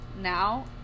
now